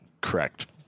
correct